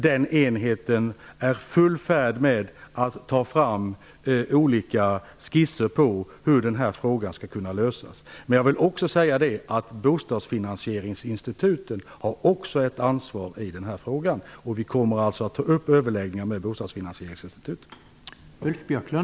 Den enheten är i full färd med att ta fram olika skisser på hur denna fråga skall kunna lösas. Bostadsfinansieringsinstituten har också ett ansvar i denna fråga. Vi kommer att ta upp överläggningar med bostadsfinansieringsinstituten.